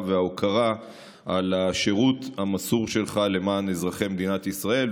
וההוקרה על השירות המסור שלך למען אזרחי מדינת ישראל,